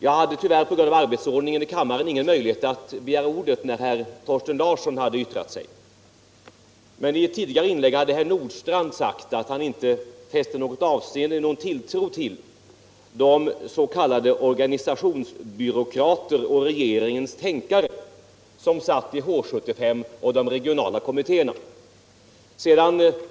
Jag hade på grund av kammarens arbetsordning utbildning och forskning ingen möjlighet att begära ordet när herr Thorsten Larsson i Staffanstorp hade yttrat sig. Men i ett tidigare inlägg hade herr Nordstrandh sagt att han inte hyste någon tilltro till de s.k. organisationsbyråkrater och regeringens tänkare som satt i H 75 och i de regionala kommittéerna.